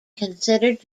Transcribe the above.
considered